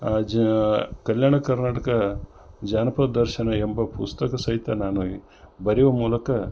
ಅಜಾ ಕಲ್ಯಾಣ ಕರ್ನಾಟಕ ಜಾನಪದ ದರ್ಶನ ಎಂಬ ಪುಸ್ತಕ ಸಹಿತ ನಾನು ಬರೆಯುವ ಮೂಲಕ